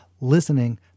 Listening